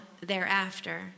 thereafter